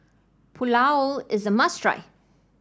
Pulao is a must try